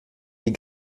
les